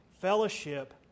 fellowship